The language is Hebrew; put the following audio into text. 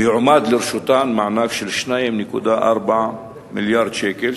ויועמד לרשותן מענק של 2.4 מיליארדי שקלים,